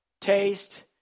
taste